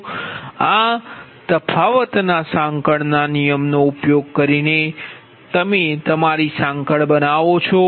તો આ તફાવતના સાંકળ નિયમનો ઉપયોગ કરીને તમારી સાંકળ છે